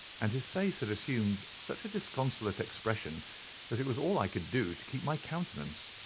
and his face had assumed such a disconsolate expression that it was all i could do to keep my countenance.